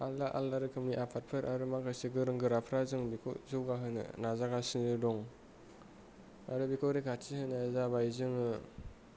आलदा आलदा रोखोमनि आफादफोर आरो माखासे गोरों गोराफ्रा जों बेखौ जौगाहोनो नाजागासनो दं आरो बेखौ रैखाथि होनाया जाबाय जोङो